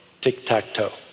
tic-tac-toe